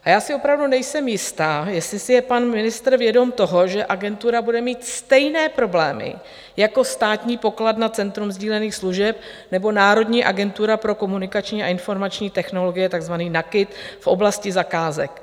A já si opravdu nejsem jistá, jestli si je pan ministr vědom toho, že agentura bude mít stejné problémy jako Státní pokladna Centrum sdílených služeb nebo Národní agentura pro komunikační a informační technologie, takzvaný NAKIT, v oblasti zakázek.